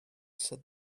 said